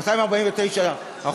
מהמספר הזה הוא ישלם מס.